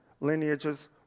lineages